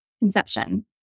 conception